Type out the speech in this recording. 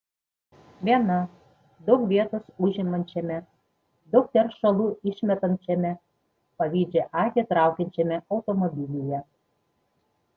viena daug vietos užimančiame daug teršalų išmetančiame pavydžią akį traukiančiame automobilyje